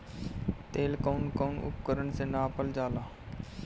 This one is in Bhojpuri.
तेल कउन कउन उपकरण से नापल जाला?